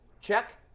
Check